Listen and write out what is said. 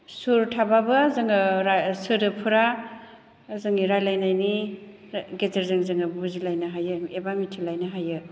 सुर थाबाबो जोङो सोदोबफोरा जोंनि रायज्लायनायनि गेजेरजों जोङो बुजिलायनो हायो एबा मिथिलायनो हायो